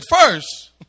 first